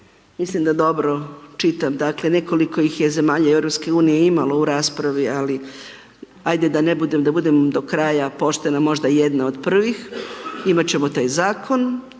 mislim da dobro čitam. Dakle nekoliko ih zemalja EU-a imalo u raspravi ali ajde da budem do kraja poštena, možda jedna od prvih. Imat ćemo taj zakon.